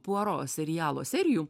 puaro serialo serijų